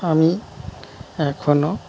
আমি এখনও